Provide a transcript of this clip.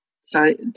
sorry